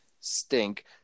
Stink